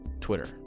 Twitter